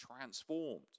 transformed